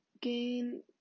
gain